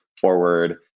forward